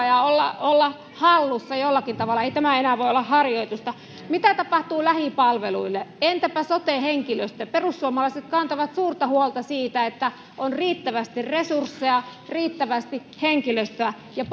ja olla olla hallussa jollakin tavalla ei tämä enää voi olla harjoitusta mitä tapahtuu lähipalveluille entäpä sote henkilöstö perussuomalaiset kantavat suurta huolta siitä että on riittävästi resursseja riittävästi henkilöstöä ja